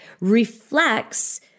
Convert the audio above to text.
reflects